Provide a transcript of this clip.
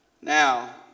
Now